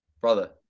Brother